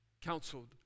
counseled